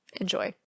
Enjoy